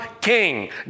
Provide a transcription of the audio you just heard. king